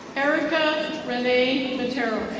erica renee matero.